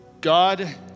God